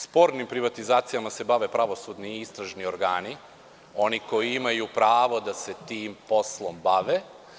Spornim privatizacijama se bave pravosudni i istražni organi, oni koji imaju da se tim poslom bave.